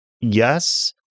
Yes